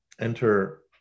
Enter